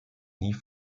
nie